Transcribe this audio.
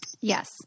yes